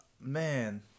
man